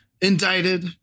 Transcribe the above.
indicted